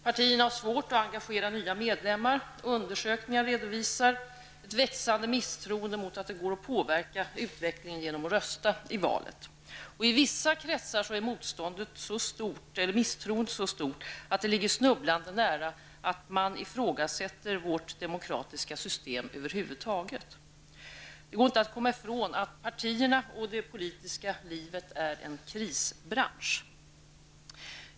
Partierna har svårt att engagera nya medlemmar och undersökningar redovisar ett växande misstroende mot uppfattningen att det går att påverka utvecklingen genom att rösta i valet. I vissa kretsar är misstroendet så stort att det ligger snubblande nära att man ifrågasätter vårt demokratiska system över huvud taget. Det går inte att komma ifrån att partierna och det politiska livet är en krisbransch.